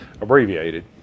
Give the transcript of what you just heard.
abbreviated